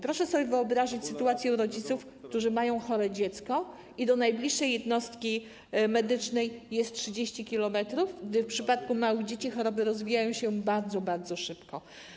Proszę sobie wyobrazić sytuację rodziców, którzy mają chore dziecko i do najbliżej jednostki medycznej jest 30 km, gdy w przypadku małych dzieci choroby rozwijają się bardzo, bardzo szybko.